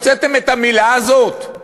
הוצאתם את המילה הזאת?